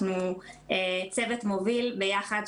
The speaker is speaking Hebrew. אנחנו צוות מוביל ביחד,